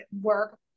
work